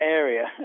area